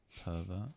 pervert